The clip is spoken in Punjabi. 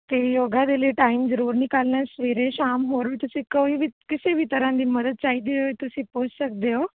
ਅਤੇ ਯੋਗਾ ਦੇ ਲਈ ਟਾਈਮ ਜ਼ਰੂਰ ਨਿਕਾਲਣਾ ਸਵੇਰੇ ਸ਼ਾਮ ਹੋਰ ਵੀ ਤੁਸੀਂ ਕੋਈ ਵੀ ਕਿਸੇ ਵੀ ਤਰ੍ਹਾਂ ਦੀ ਮਦਦ ਚਾਹੀਦੀ ਹੋਈ ਤੁਸੀਂ ਪੁੱਛ ਸਕਦੇ ਹੋ